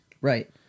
right